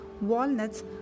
walnuts